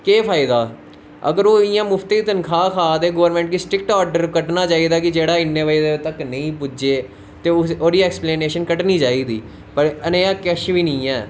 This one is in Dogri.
केह् फायदा अगर ओह् इ'यां मुफ्त दी तनखा खादे गोर्मेंट इक सट्रीक्ट आर्डर कड्डना चाहिदा कि जेह्ड़ा इ'न्ने बजे तक नेई पुज्जे ते ओह्ड़ी एक्सपलेनेशन कड्डनी चाहिदी नेहा केश बी नीं ऐ